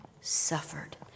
suffered